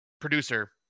producer